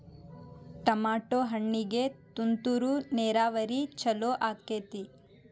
Tomato ಹಣ್ಣಿಗೆ ತುಂತುರು ನೇರಾವರಿ ಛಲೋ ಆಕ್ಕೆತಿ?